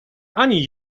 ani